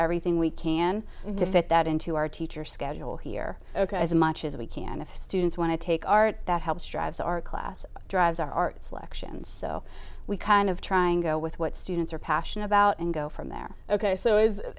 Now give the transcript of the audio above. everything we can to fit that into our teacher schedule here as much as we can if students want to take art that helps drives our class drives our art selections so we kind of trying go with what students are passionate about and go from there ok so